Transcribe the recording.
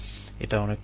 এটা অনেকটা এরকম